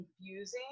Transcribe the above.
confusing